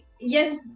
yes